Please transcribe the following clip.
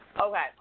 Okay